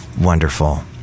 wonderful